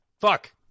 fuck